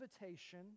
invitation